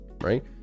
right